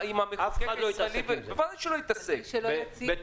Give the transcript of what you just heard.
כמענה לדברים שאמרו